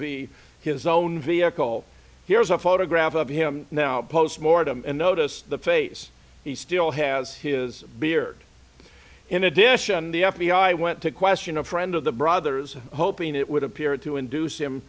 v his own vehicle here is a photograph of him now post mortem and notice the face he still has his beard in addition the f b i went to question a friend of the brothers hoping it would appear to induce him